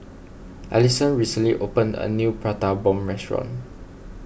Allyson recently opened a new Prata Bomb Restaurant